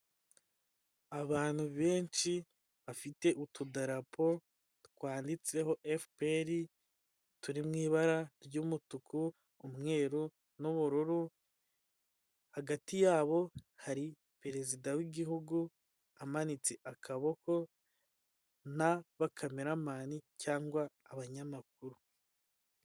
Abantu benshi bafite utudarapo twanditseho FPR turi mu ibara ry'umutuku, umweru n'ubururu hagati yabo hari perezida w'igihugu amanitse akaboko n'abakameramani cyangwa abanyamakuru.